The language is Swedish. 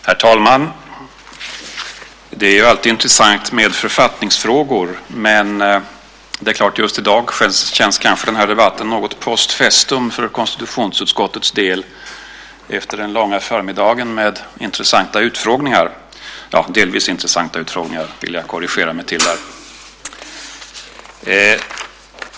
Herr talman! Det är alltid intressant med författningsfrågor. Men just i dag känns den här debatten kanske något post festum för konstitutionsutskottets del, efter den långa förmiddagen med intressanta utfrågningar, ja, delvis intressanta utfrågningar vill jag korrigera mig till.